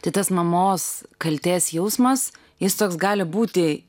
tai tas mamos kaltės jausmas jis toks gali būti